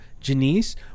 Janice